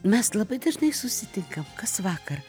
mes labai dažnai susitinkam kasvakar